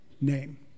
name